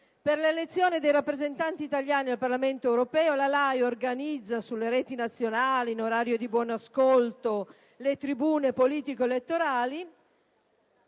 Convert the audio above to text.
«Per l'elezione dei rappresentanti italiani al Parlamento europeo la Rai organizza sulle reti nazionali, in orario di buon ascolto, le tribune politiche-elettorali